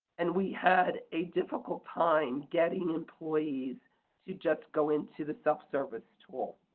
and we had a difficult time getting employees to just go into the self service tool.